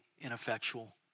ineffectual